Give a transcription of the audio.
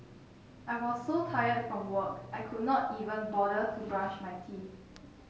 I was so tired from work I could not even bother to brush my teeth